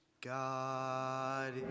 God